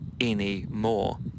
anymore